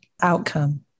outcome